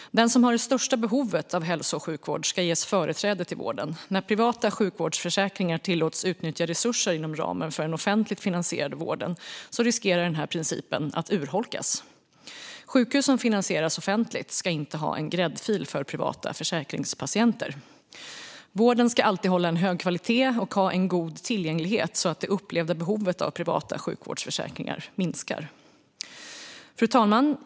Den som har det största behovet av hälso och sjukvård ska ges företräde till vården. När privata sjukvårdsförsäkringar tillåts utnyttja resurser inom ramen för den offentligt finansierade vården riskerar den här principen att urholkas. Sjukhusen finansieras offentligt och ska inte ha en gräddfil för privata försäkringspatienter. Vården ska alltid hålla en hög kvalitet och ha en god tillgänglighet, så att det upplevda behovet av privata sjukvårdsförsäkringar minskar. Fru talman!